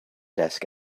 desk